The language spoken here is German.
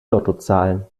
lottozahlen